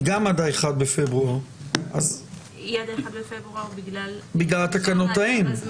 היא קם עד ה-1 בפברואר וזה בגלל התקנות ההן.